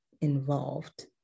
involved